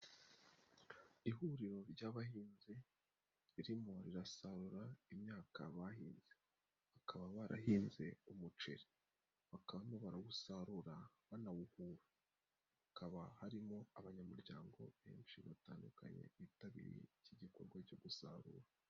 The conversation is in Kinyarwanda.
Ihuriro ry'abahinzi, ririmo rirasarura imyaka bahinze. Bakaba barahinze umuceri. Bakaba barimo bawusarura banawuhura. Hakaba harimo abanyamuryango benshi batandukanye, bitabiriye iki gikorwa cyo gusarura.